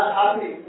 happy